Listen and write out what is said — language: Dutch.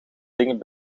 dingen